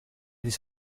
της